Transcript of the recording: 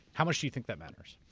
how much do you think that matters?